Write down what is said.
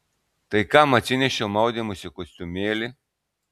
tai kam atsinešiau maudymosi kostiumėlį